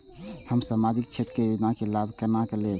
हम सामाजिक क्षेत्र के योजना के लाभ केना लेब?